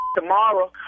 tomorrow